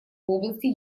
области